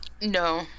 No